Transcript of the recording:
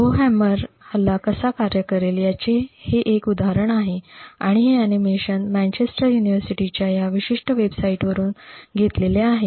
Rowhammer हल्ला कसा कार्य करेल याचे हे एक उदाहरण आहे आणि हे अॅनिमेशन मँचेस्टर युनिव्हर्सिटीच्या या विशिष्ट वेबसाइटवरुन घेतलेले आहे